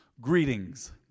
Greetings